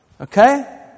Okay